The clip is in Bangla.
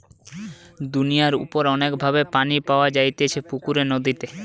দুনিয়ার উপর অনেক ভাবে পানি পাওয়া যাইতেছে পুকুরে, নদীতে